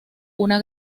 una